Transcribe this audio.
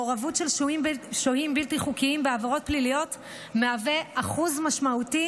מעורבות של שוהים בלתי חוקיים בעבירות פליליות הוא אחוז משמעותי